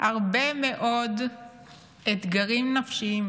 הרבה מאוד אתגרים נפשיים